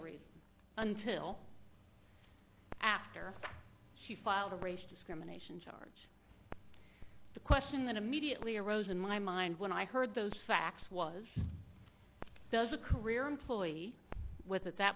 reason until after she filed a racial discrimination job the question that immediately arose in my mind when i heard those facts was does a career employee with at that